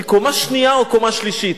מקומה שנייה או קומה שלישית.